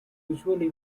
usually